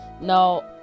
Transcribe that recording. now